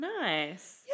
nice